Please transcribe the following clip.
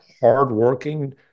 hardworking